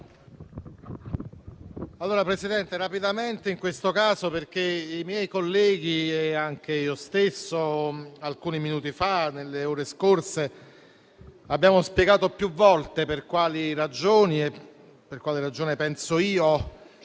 intervengo rapidamente in questo caso, perché i miei colleghi e io stesso alcuni minuti fa e nelle ore passate abbiamo spiegato più volte per quali ragioni - e per quale ragione penso io